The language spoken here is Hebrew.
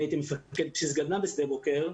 אני הייתי מפקד בסיס גדנ"ע בשדה בוקר,